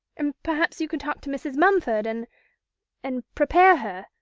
and perhaps you could talk to mrs. mumford, and and prepare her.